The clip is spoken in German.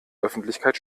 öffentlichkeit